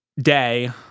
day